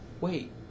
wait